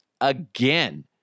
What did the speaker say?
again